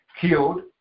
killed